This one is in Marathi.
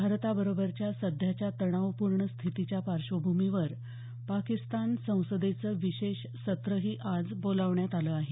भारताबरोबरच्या सध्याच्या तणावपूर्ण स्थितीच्या पार्श्वभूमीवर पाकिस्तान संसदेचं विशेष सत्रही आज बोलावलं आहे